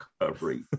recovery